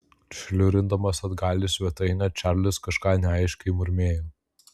šliurindamas atgal į svetainę čarlis kažką neaiškiai murmėjo